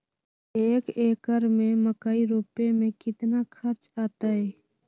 एक एकर में मकई रोपे में कितना खर्च अतै?